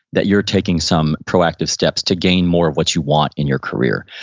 that you're taking some proactive steps to gain more of what you want in your career.